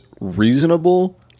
reasonable